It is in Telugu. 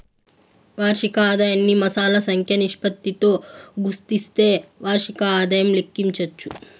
వార్షిక ఆదాయాన్ని మాసాల సంఖ్య నిష్పత్తితో గుస్తిస్తే వార్షిక ఆదాయం లెక్కించచ్చు